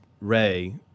Ray